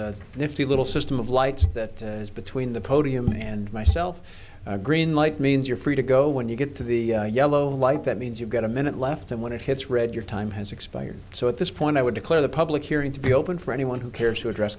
nifty little system of lights that is between the podium and myself a green light means you're free to go when you get to the yellow light that means you've got a minute left and when it hits red your time has expired so at this point i would declare the public hearing to be open for anyone who cares to address